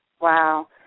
Wow